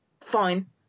fine